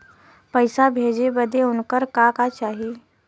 पैसा भेजे बदे उनकर का का चाही?